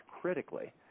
critically